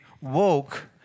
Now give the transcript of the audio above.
woke